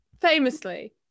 famously